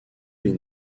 les